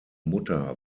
mutter